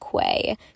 Quay